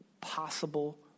possible